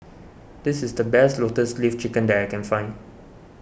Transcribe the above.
this is the best Lotus Leaf Chicken that I can find